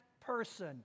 person